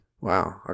wow